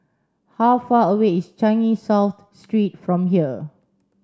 how far away is Changi South Street from here